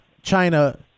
China